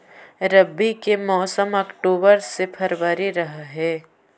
रब्बी के मौसम अक्टूबर से फ़रवरी रह हे